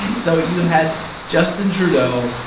and so you had justin trudeau,